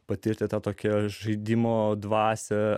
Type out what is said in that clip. patirti tą tokia žaidimo dvasia